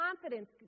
confidence